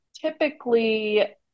typically